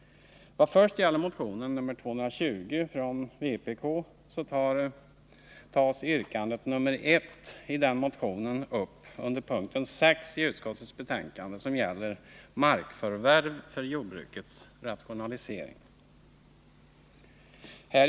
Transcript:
Vad först gäller motion 220 från vpk, så tas yrkande 1i den motionen upp under punkten 6 i utskottets betänkande, vilken gäller markförvärv för jordbrukets rationalisering.